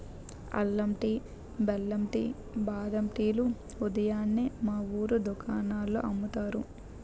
అల్లం టీ, బెల్లం టీ, బాదం టీ లు ఉదయాన్నే మా వూరు దుకాణాల్లో అమ్ముతారు